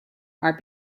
are